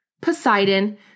Poseidon